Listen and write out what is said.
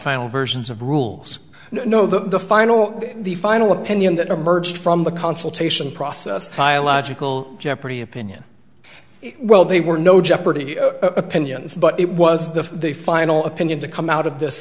final versions of rules no the final the final opinion that emerged from the consultation process by a logical jeopardy opinion well they were no jeopardy opinions but it was the the final opinion to come out of this